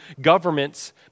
governments